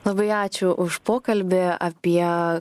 labai ačiū už pokalbį apie